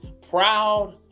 proud